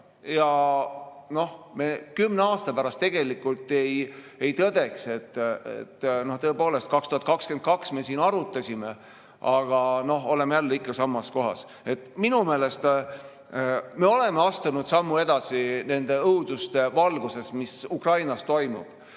ja me kümne aasta pärast ei tõde, et tõepoolest, 2022 me siin arutasime, aga oleme ikka samas kohas. Minu meelest me oleme astunud sammu edasi nende õuduste valguses, mis Ukrainas toimub.